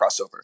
crossover